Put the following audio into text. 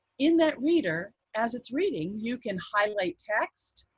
in that reader, as it's reading, you can highlight text,